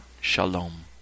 Shalom